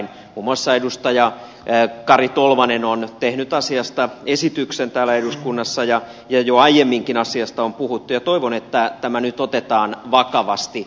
muun muassa edustaja kari tolvanen on tehnyt asiasta esityksen täällä eduskunnassa ja jo aiemminkin asiasta on puhuttu ja toivon että tämä nyt otetaan vakavasti